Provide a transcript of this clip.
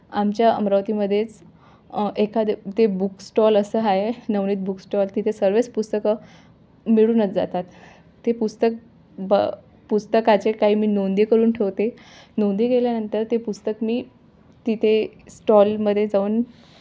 आमच्या अमरावतीममध्येच एखादे ते बुक स्टॉल असं आहे नवनीत बुक स्टॉल तिथे सर्वच पुस्तकं मिळूनच जातात ते पुस्तक ब पुस्तकाचे काही मी नोंदी करून ठेवते नोंदी केल्यानंतर ते पुस्तक मी तिथे स्टॉलमध्ये जाऊन